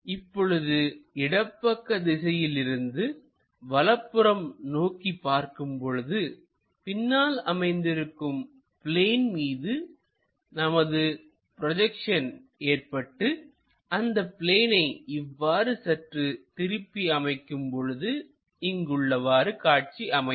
இப்பொழுது இடப்பக்க திசையிலிருந்து வலது புறம் நோக்கி பார்க்கும் பொழுதுபின்னால் அமைந்திருக்கும் பிளேன் மீது நமது ப்ரொஜெக்ஷன் ஏற்பட்டு அந்த பிளேனை இவ்வாறு சற்று திருப்பி அமைக்கும் பொழுது இங்கு உள்ளவாறு காட்சி அமையும்